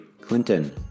Clinton